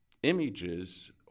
Images